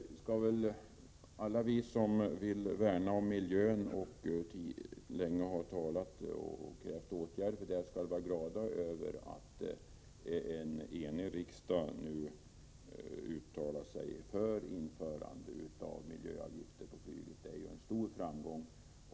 Herr talman! Alla vi som vill värna om miljön och länge har krävt åtgärder på det området skall vara glada över att en enig riksdag nu uttalar sig för ett införande av miljöavgifter på flyget. Det är en stor framgång.